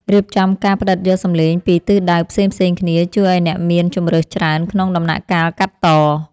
រៀបចំការផ្ដិតយកសំឡេងពីទិសដៅផ្សេងៗគ្នាជួយឱ្យអ្នកមានជម្រើសច្រើនក្នុងដំណាក់កាលកាត់ត។